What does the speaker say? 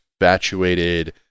infatuated